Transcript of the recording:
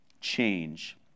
change